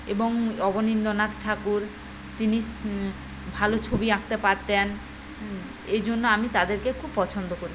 এবং অবনীন্দ্রনাথ ঠাকুর তিনি ভালো ছবি আঁকতে পারতেন এই জন্য আমি তাদেরকে খুব পছন্দ করি